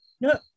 no